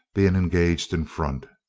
being engaged in front.